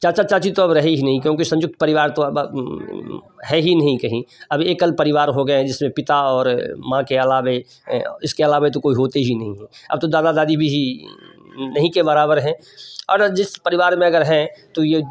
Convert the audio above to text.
चाचा चाची तो अब रहे ही नहीं क्योंकि संयुक्त परिवार तो अब है ही नहीं कहीं अभी एकल परिवार हो गया है जिसमें पिता और माँ के अलावे इसके अलावे तो कोई होते ही नहीं हैं अब तो दादा दादी भी ही नहीं के बराबर हैं और जिस परिवार में अगर हैं तो यह